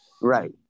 Right